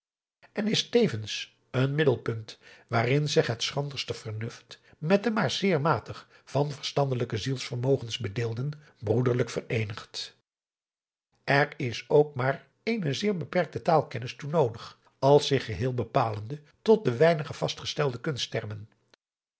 en is tevens een middelpunt waarin zich het schranderste vernuft met den maar zeer matig van verstandelijke zielsvermogens bedeelden broederlijk vereenigt er is ook maar eene zeer beperkte taalkennis toe noodig als zich geheel bepalende tot de weinige vastgestelde